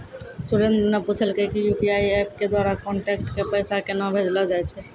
सुरेन्द्र न पूछलकै कि यू.पी.आई एप्प के द्वारा कांटैक्ट क पैसा केन्हा भेजलो जाय छै